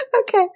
Okay